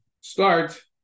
start